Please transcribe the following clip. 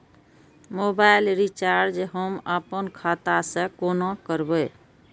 Mobile recharge हम आपन खाता से कोना करबै?